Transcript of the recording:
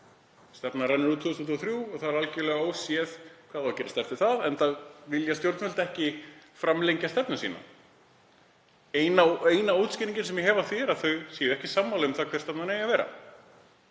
Stefnan rennur út 2023 og það er algjörlega ófyrirséð hvað á að gerast eftir það, enda vilja stjórnvöld ekki framlengja stefnu sína. Eina útskýringin sem ég hef á því er að þau eru ekki sammála um hver stefnan eigi að vera.